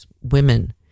women